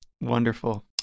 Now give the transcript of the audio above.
Wonderful